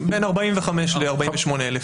בין 45,000 ל-48,000.